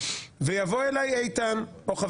טיפ